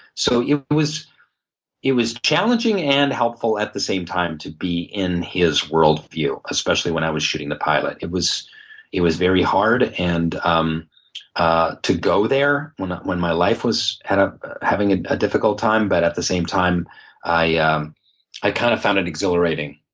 so it was it was challenging and helpful at the same time to be in his worldview, especially when i was shooting the pilot. it was it was very hard and um ah to go there when when my life was ah having ah a difficult time, but at the same time i ah i kind of found it exhilarating.